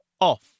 off